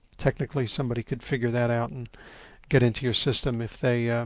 technically, somebody could figure that out and get into your system if they,